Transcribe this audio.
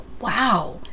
wow